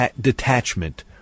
detachment